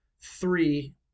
three